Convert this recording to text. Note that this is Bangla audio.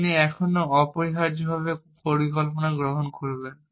আপনি এখনও অপরিহার্যভাবে পরিকল্পনা গ্রহণ করবেন